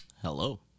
Hello